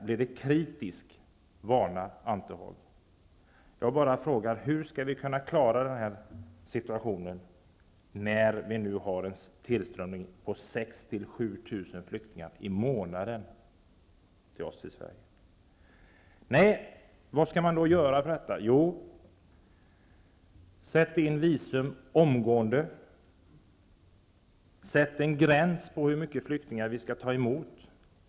Hur skall vi kunna klara den här situationen när vi nu har en tillströmning på 6 000--7 000 flyktingar per månad? Sätt en gräns för hur många flyktingar vi skall ta emot.